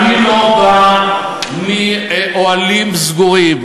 מאוהלים סגורים.